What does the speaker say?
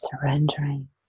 surrendering